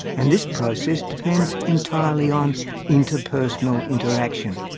and this process depends entirely on inter-personal interaction.